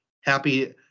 happy